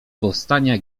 powstania